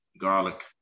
garlic